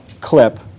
clip